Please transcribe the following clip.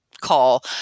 call